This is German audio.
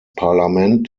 parlament